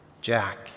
Jack